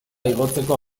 igotzeko